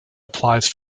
applies